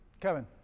Kevin